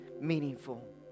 meaningful